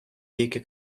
які